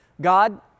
God